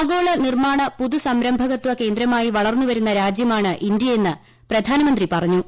ആഗോള നിർമ്മാണ പുതു സംരംഭകത്വ കേന്ദ്രമായി വളർന്നുവരുന്ന രാജ്യമാണ് ഇന്ത്യയെന്ന് പ്രധാനമന്ത്രി പറഞ്ഞു